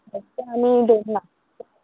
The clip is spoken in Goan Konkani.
तें आमी दवरना